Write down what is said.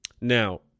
Now